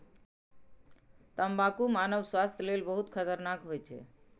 तंबाकू मानव स्वास्थ्य लेल बहुत खतरनाक होइ छै